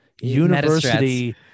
university